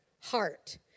heart